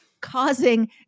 causing